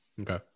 Okay